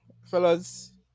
fellas